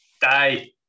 Die